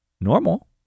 normal